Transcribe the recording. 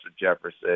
Jefferson